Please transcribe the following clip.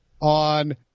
on